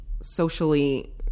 socially